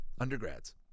Undergrads